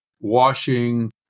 washing